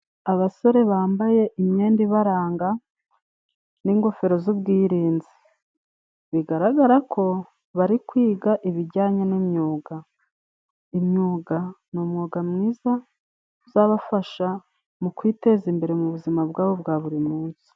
Abasore bambaye imyenda ibaranga n'ingofero z'ubwirinzi. Bigaragara ko bari kwiga ibijyanye n'imyuga, imyuga ni umwuga mwiza uzabafasha mu kwiteza imbere, mu buzima bwabo bwa buri munsi.